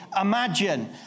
imagine